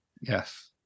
Yes